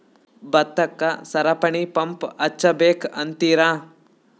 ಭತ್ತಕ್ಕ ಸರಪಣಿ ಪಂಪ್ ಹಚ್ಚಬೇಕ್ ಅಂತಿರಾ?